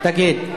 תגיד.